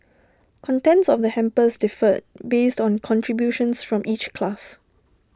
contents of the hampers differed based on contributions from each class